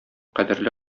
кадерле